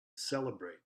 celebrate